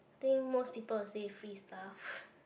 think most people will say free stuff